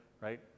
right